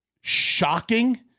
shocking